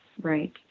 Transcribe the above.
right